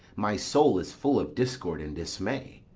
my soul is full of discord and dismay.